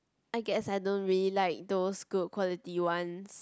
I guess I don't really like those good quality ones